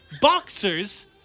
boxers